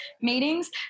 meetings